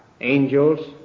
angels